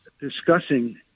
discussing